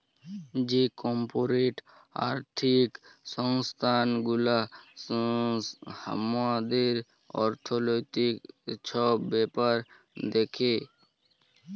যে কর্পরেট আর্থিক সংস্থান গুলা হামাদের অর্থনৈতিক সব ব্যাপার দ্যাখে